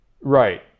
Right